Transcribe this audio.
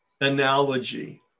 analogy